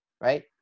right